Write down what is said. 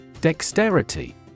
Dexterity